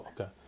okay